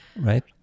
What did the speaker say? Right